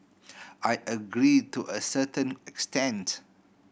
I agree to a certain extent